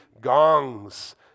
gongs